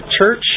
church